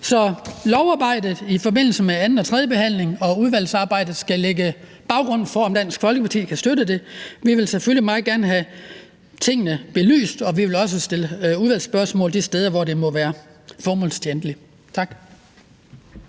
Så lovarbejdet i forbindelse med anden- og tredjebehandlingen og udvalgsarbejdet skal lægge baggrunden for, om Dansk Folkeparti kan støtte det. Vi vil selvfølgelig meget gerne have tingene belyst, og vi vil også stille udvalgsspørgsmål de steder, hvor det må være formålstjenligt. Tak.